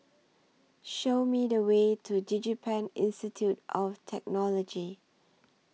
Show Me The Way to Digipen Institute of Technology